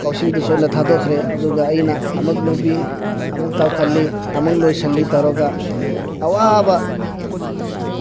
ꯀꯥꯎꯁꯤꯡꯗꯨꯁꯨ ꯑꯩꯅ ꯊꯥꯗꯣꯛꯈ꯭ꯔꯦ ꯑꯗꯨꯒ ꯑꯩꯅ ꯑꯃꯨꯛ ꯂꯨꯞꯄꯤ ꯑꯃꯨꯛ ꯇꯥꯎꯈꯠꯂꯤ ꯑꯃꯨꯛ ꯂꯣꯁꯤꯜꯂꯤ ꯇꯧꯔꯒ ꯑꯋꯥꯕ